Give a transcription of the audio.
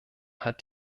hat